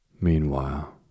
Meanwhile